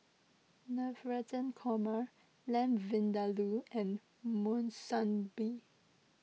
Navratan Korma Lamb Vindaloo and Monsunabe